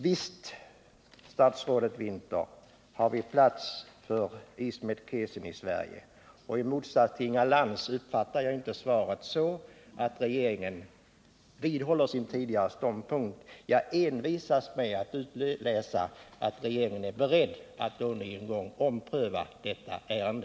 Visst, statsrådet Winther, har vi plats för Ismet Kesen i Sverige. I motsats till Inga Lantz uppfattar jag inte svaret så, att regeringen vidhåller sin tidigare ståndpunkt. Jag envisas med att utläsa att regeringen är beredd att ompröva detta ärende.